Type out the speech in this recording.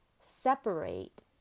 separate